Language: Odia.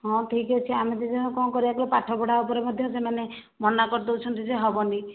ହଁ ଠିକ୍ ଅଛି ଆମେ ଦୁଇଜଣ କ'ଣ କରିବା କହିଲେ ପାଠପଢ଼ା ଉପରେ ମଧ୍ୟ ସେମାନେ ମନା କରି ଦେଉଛନ୍ତି ଯେ ହେବନି